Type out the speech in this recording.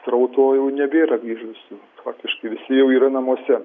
srauto jau nebėra grįžusių faktiškai visi jau yra namuose